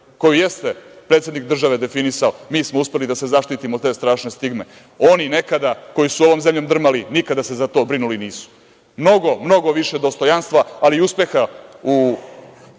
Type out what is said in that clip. koju jeste predsednik države definisao, mi smo uspeli da se zaštitimo te strašne stigme. Oni, nekada, koji su ovom zemljom drmali, nikada se za to brinuli nisu. Mnogo, mnogo više dostojanstva, ali i uspeha u